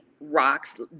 rocks